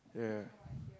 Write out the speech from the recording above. yeha yeah